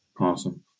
Awesome